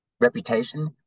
reputation